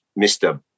Mr